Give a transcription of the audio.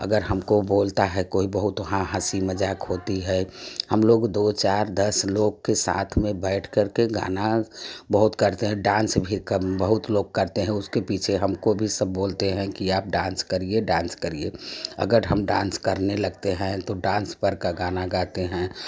अगर हमको बोलता है कोई बहोत वहाँ हंसी मज़ाक होती है हम लोग दो चार दस लोग के साथ में बैठ कर के गाना बहुत करते हैँ डांस भी कम बहुत लोग करते हैँ उसके पीछे हमको भी सब बोलते हैं कि डांस करिए डांस करिए अगर हम डांस करने लगते हैँ तो डांस पर का गाना गाते है